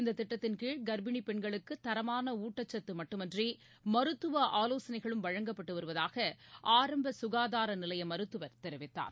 இந்ததிட்டத்தின் கீழ் கர்ப்பிணிபெண்களுக்குதரமானஊட்டசத்துமட்டுமன்றிமருத்துவஆலோசனைகளும் வழங்கப்பட்டுவருவதாகஆரம்பசுகாதாரநிலையமருத்துவர் தெரிவித்தார்